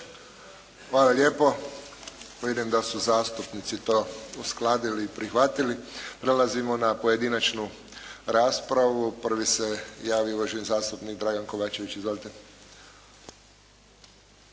Hvala lijepo. Vidim da su zastupnici to uskladili i prihvatili. Prelazimo na pojedinačnu raspravu. Prvi se javio uvaženi zastupnik Dragan Kovačević. Izvolite.